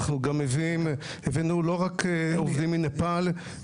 הבאנו לא רק עובדים מנפאל,